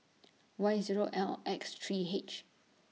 Y Zero L X three H